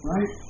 Right